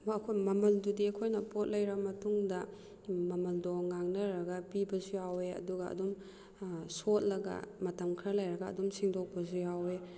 ꯃꯃꯜꯗꯨꯗꯤ ꯑꯩꯈꯣꯏꯅ ꯄꯣꯠ ꯂꯩꯔ ꯃꯇꯨꯡꯗ ꯃꯃꯜꯗꯣ ꯉꯥꯡꯅꯔꯒ ꯄꯤꯕꯁꯨ ꯌꯥꯎꯋꯦ ꯑꯗꯨꯒ ꯑꯗꯨꯝ ꯁꯣꯠꯂꯒ ꯃꯇꯝ ꯈꯔ ꯂꯩꯔꯒ ꯑꯗꯨꯝ ꯁꯤꯡꯗꯣꯛꯄꯁꯨ ꯌꯥꯎꯋꯦ